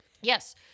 Yes